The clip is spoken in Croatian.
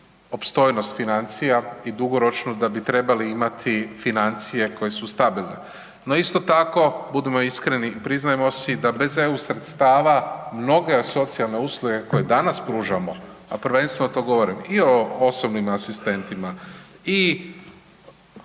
opstojnost financija i dugoročno da bi trebali imati financije koje su stabilne. No isto tako, budimo iskreni i priznajmo si da bez eu sredstava mnoge socijalne usluge koje danas pružamo, a prvenstveno to govorim i o osobnim asistentima i